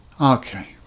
Okay